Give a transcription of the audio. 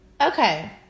Okay